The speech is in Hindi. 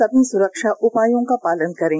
सभी सुरक्षा उपायों का पालन करें